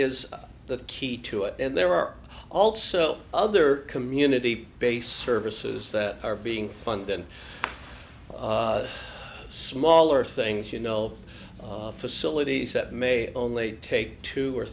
is the key to it and there are also other community based services that are being funded smaller things you know facilities that may only take two or